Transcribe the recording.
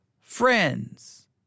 friends